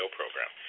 program